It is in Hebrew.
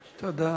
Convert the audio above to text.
תודה.